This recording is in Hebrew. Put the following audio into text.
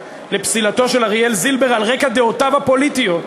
לפסילתו של אריאל זילבר על רקע דעותיו הפוליטיות.